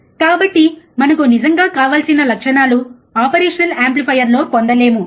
కాబట్టి మనకు నిజంగా కావాల్సిన లక్షణాలు ఆపరేషనల్ యాంప్లిఫైయర్లో పొందలేము